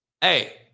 Hey